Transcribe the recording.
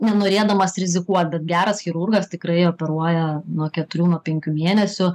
nenorėdamas rizikuot bet geras chirurgas tikrai operuoja nuo keturių nuo penkių mėnesių